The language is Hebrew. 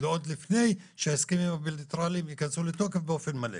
עוד לפני שההסכמים הבילטרליים ייכנסו לתוקף באופן מלא.